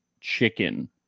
chicken